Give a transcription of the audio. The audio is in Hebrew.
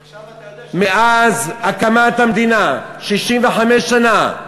עכשיו אתה יודע, מאז הקמת המדינה, 65 שנה,